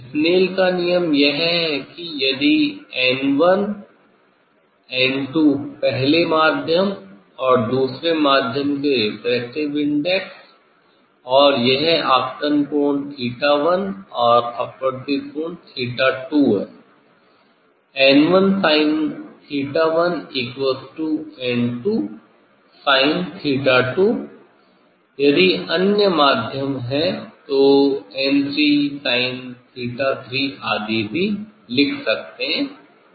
Snell का नियम यह है यदि 'n1' 'n2' पहले माध्यम और दूसरे माध्यम के रेफ्रेक्टिव इंडेक्स और यह आपतन कोण 'θ1' और अपवर्तित कोण 'θ2' n1sin1n2sin2 यदि अन्य माध्यम हैं तो n3sin3 आदि भी लिख सकते हैं